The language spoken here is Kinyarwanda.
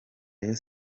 rayon